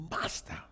master